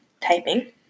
Typing